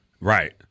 Right